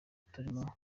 turimo